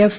F